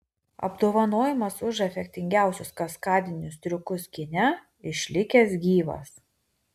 apdovanojimas už efektingiausius kaskadinius triukus kine išlikęs gyvas